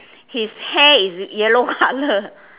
his hair is yellow colour